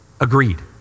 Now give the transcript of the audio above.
agreed